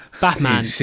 Batman